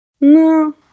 No